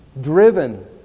driven